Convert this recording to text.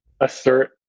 assert